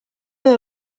edo